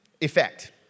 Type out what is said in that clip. effect